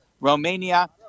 Romania